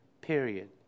Period